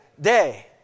day